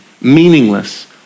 meaningless